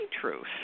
truth